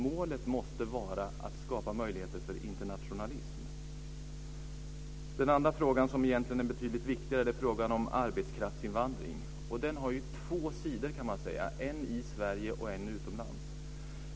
Målet måste vara att skapa möjligheter för internationalism. Den andra fråga, som egentligen är betydligt viktigare, handlar om arbetskraftsinvandring. Den har två sidor, kan man säga, en i Sverige och en utomlands.